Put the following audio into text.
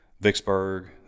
Vicksburg